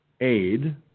aid